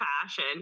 fashion